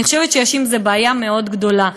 אני חושבת שיש עם זה בעיה מאוד גדולה,